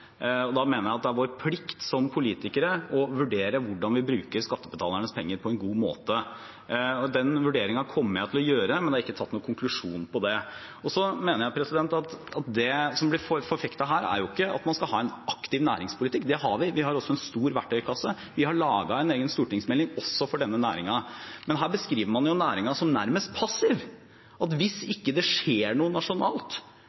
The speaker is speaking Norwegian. Da mener jeg det er vår plikt som politikere å vurdere hvordan vi bruker skattebetalernes penger på en god måte. Den vurderingen kommer jeg til å gjøre, men det er ikke tatt noen konklusjon om det. Jeg mener at det som blir forfektet her, ikke er at man skal ha en aktiv næringspolitikk. Det har vi. Vi har også en stor verktøykasse. Vi har laget en egen stortingsmelding også for denne næringen. Men her beskriver man næringen som nærmest passiv; hvis